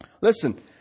Listen